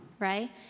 right